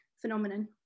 phenomenon